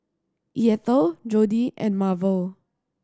Eathel Jodi and Marvel